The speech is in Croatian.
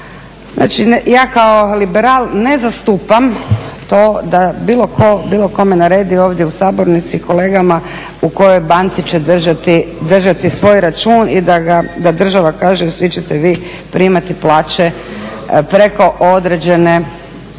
to, ja kao liberal ne zastupam to da bilo ko bilo kome naredi ovdje u sabornici, kolegama u kojoj banci će držati svoj račun i da država kaže svi ćete vi primati plaće preko određene